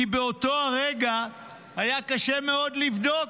כי באותו הרגע היה קשה מאוד לבדוק.